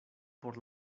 por